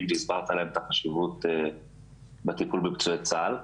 והסברת להם את חשיבות הטיפול בפצועי צה"ל.